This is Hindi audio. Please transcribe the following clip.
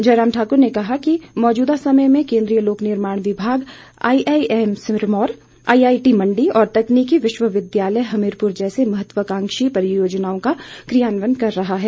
जयराम ठाक्र ने कहा कि मौजूदा समय में केंद्रीय लोक निर्माण विभाग IIM Sirmaur I I T Mandi और तकनीकी विश्वविद्यालय हमीरपुर जैसी महत्वकांक्षी परियोजनाओं का क्रियान्वयन कर रहा है